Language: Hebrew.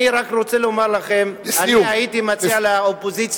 אני רק רוצה לומר לכם: אני הייתי מציע לאופוזיציה